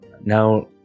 Now